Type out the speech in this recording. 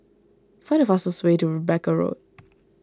find the fastest way to Rebecca Road